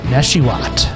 Neshiwat